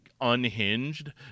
unhinged